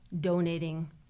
donating